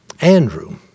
Andrew